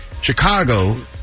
Chicago